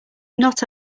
not